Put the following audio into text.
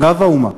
"גב האומה".